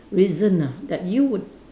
reason ah that you would